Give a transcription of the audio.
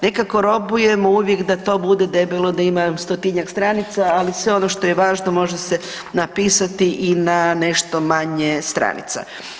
Nekako robujemo uvijek da to bude debelo da ima 100-tinjak stranica, ali sve ono što je važno može se napisati i na nešto manje stranica.